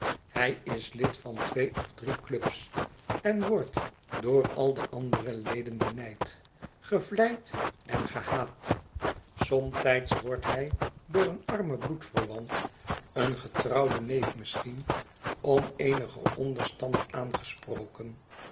hij is lid van twee of drie clubs en wordt door al de andere leden behijd gevleid en gehaat somtijds wordt hij door een armen bloedverwant een getrouwden neef misschien om eenigen onderstand aangesproken